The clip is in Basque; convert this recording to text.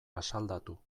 asaldatu